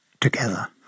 together